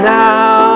now